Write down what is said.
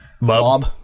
Bob